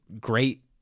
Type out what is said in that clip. great